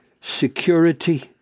security